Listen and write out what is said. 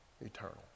eternal